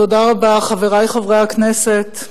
חברי חברי הכנסת,